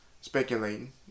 speculating